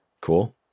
cool